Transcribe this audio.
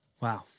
Wow